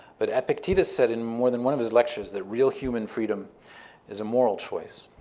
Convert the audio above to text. but epictetus said, in more than one of his lectures, that real human freedom is a moral choice.